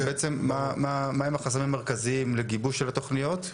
זה בעצם מהם החסמים המרכזיים לגיבוש של התכניות,